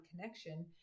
connection